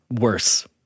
worse